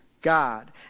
God